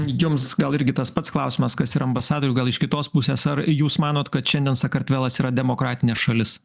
jums gal irgi tas pats klausimas kas ir ambasadoriui gal iš kitos pusės ar jūs manot kad šiandien sakartvelas yra demokratinė šalis